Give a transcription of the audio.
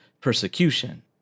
persecution